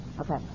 Okay